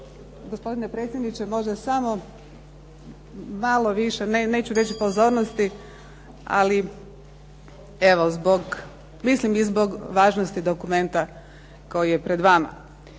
Gospodine predsjedniče, možda samo malo više neću reći pozornosti ali evo mislim i zbog važnosti dokumenta koji je pred vama.